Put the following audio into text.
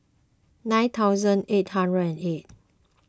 nine thousand eight hundred and eight